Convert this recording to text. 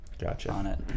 gotcha